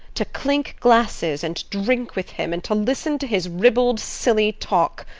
to clink glasses and drink with him, and to listen to his ribald, silly talk.